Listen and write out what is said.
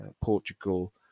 Portugal